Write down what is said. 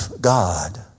God